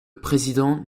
président